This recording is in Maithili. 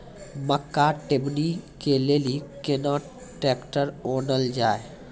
मक्का टेबनी के लेली केना ट्रैक्टर ओनल जाय?